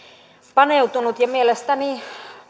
paneutunut ja mielestäni